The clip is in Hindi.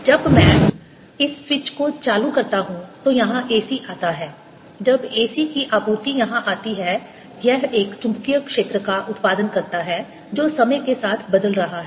जब मैं इस स्विच को चालू करता हूं तो यहां AC आता है जब AC की आपूर्ति यहाँ आती है यह एक चुंबकीय क्षेत्र का उत्पादन करता है जो समय के साथ बदल रहा है